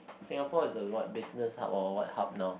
Singapore is a what business hub or what hub now